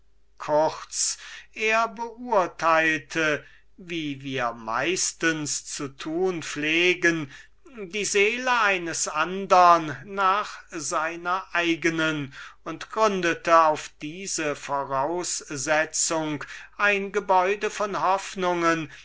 kurz er beurteilte wie wir fast immer zu tun pflegen die seele eines andern nach seiner eigenen und gründete auf diese voraussetzung ein gebäude von hoffnungen